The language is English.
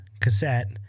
cassette